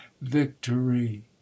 victory